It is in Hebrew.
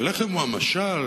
והלחם הוא המשל,